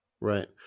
Right